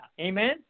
Amen